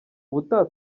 ubutaha